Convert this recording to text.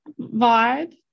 vibe